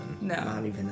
No